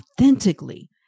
authentically